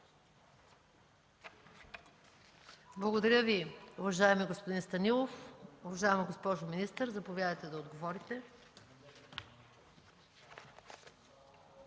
Благодаря Ви, уважаеми господин Апостолов. Уважаема госпожо министър, заповядайте да отговорите.